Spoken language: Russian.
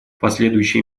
последующие